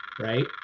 right